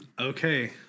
Okay